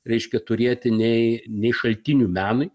reiškia turėti nei nei šaltinių menui